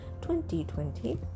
2020